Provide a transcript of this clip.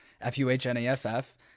F-U-H-N-A-F-F